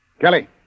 Kelly